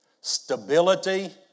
stability